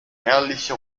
herrliche